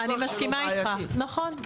אני מסכימה איתך, נכון.